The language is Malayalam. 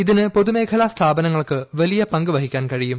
ഇതിന് പൊതുമേഖലാസ്ഥാപനങ്ങൾക്ക് വലിയ പങ്ക് വഹിക്കാൻ കഴിയും